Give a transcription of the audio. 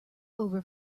over